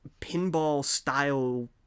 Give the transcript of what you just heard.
pinball-style